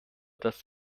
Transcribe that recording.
das